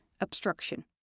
obstruction